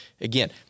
again